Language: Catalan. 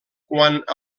quant